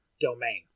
domain